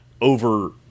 over